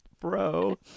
Bro